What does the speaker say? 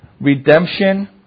redemption